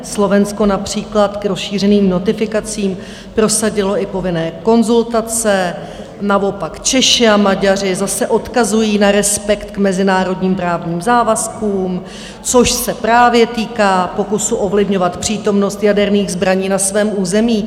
Slovensko například k rozšířeným notifikacím prosadilo i povinné konzultace, naopak Češi a Maďaři zase odkazují na respekt k mezinárodním právním závazkům, což se právě týká pokusu ovlivňovat přítomnost jaderných zbraní na svém území.